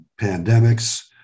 pandemics